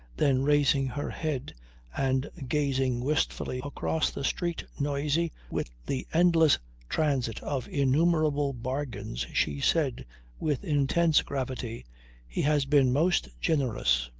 then raising her head and gazing wistfully across the street noisy with the endless transit of innumerable bargains, she said with intense gravity he has been most generous.